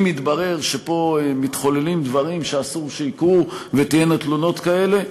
אם יתברר שמתחוללים פה דברים שאסור שיקרו ותהיינה תלונות כאלה,